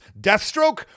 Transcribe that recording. Deathstroke